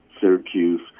Syracuse